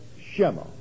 Shema